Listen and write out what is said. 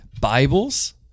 Bibles